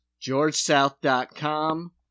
GeorgeSouth.com